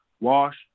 wash